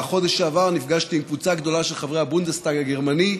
בחודש שעבר נפגשתי עם קבוצה גדולה של חברי הבונדסטאג הגרמני,